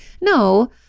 No